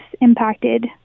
impacted